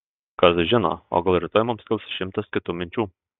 kas žino o gal rytoj mums kils šimtas kitų minčių